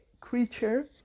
creature